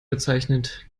bezeichnet